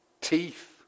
Teeth